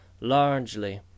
Largely